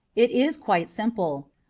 it is quite simple.